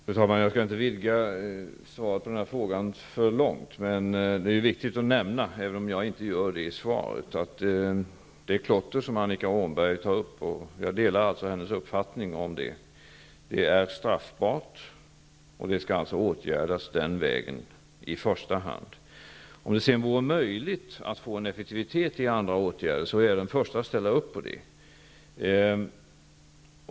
Fru talman! Jag skall inte utvidga svaret på denna fråga alltför mycket. Jag delar Annika Åhnbergs uppfattning om klottret. Det är viktigt att nämna, även om jag inte gör det i svaret, att det klotter som Annika Åhnberg tar upp är straffbart och skall åtgärdas den vägen i första hand. Om det vore möjligt att få en effektivitet i andra åtgärder är jag den förste att ställa upp på det.